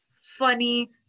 funny